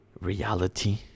reality